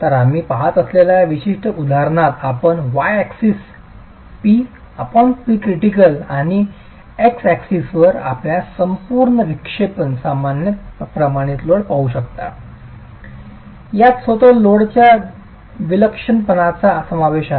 तर आम्ही पहात असलेल्या या विशिष्ट उदाहरणात आपण y axis PPcritical आणि x axis वर आपल्यास संपूर्ण विक्षेपन सामान्य प्रमाणित लोड पाहू शकता यात स्वतः लोडच्या विलक्षणपणाचा समावेश आहे